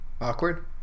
awkward